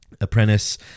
apprentice